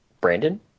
Brandon